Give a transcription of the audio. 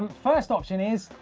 first option is,